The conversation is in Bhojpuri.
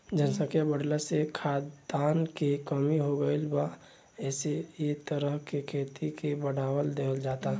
जनसंख्या बाढ़ला से खाद्यान के कमी हो गईल बा एसे एह तरह के खेती के बढ़ावा देहल जाता